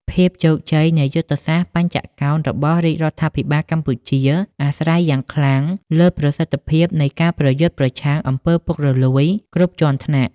ភាពជោគជ័យនៃយុទ្ធសាស្ត្របញ្ចកោណរបស់រាជរដ្ឋាភិបាលកម្ពុជា អាស្រ័យយ៉ាងខ្លាំងលើប្រសិទ្ធភាពនៃការប្រយុទ្ធប្រឆាំង អំពើពុករលួយ គ្រប់ជាន់ថ្នាក់។